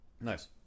nice